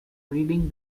reading